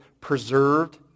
preserved